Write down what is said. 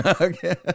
Okay